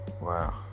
wow